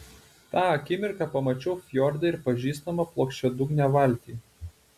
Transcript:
tą akimirką pamačiau fjorde ir pažįstamą plokščiadugnę valtį